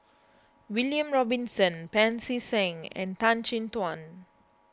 William Robinson Pancy Seng and Tan Chin Tuan